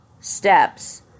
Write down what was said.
steps